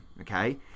okay